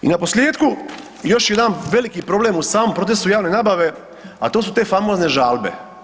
I naposljetku, još jedan veliki problem u samom procesu javne nabave, a to su te famozne žalbe.